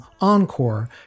Encore